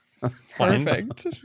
Perfect